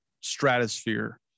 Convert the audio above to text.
stratosphere